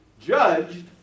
judged